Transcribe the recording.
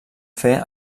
fer